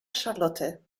charlotte